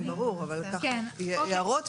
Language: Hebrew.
כן, ברור.